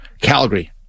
Calgary